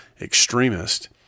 extremist